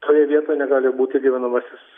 toje vietoje negali būti gyvenamasis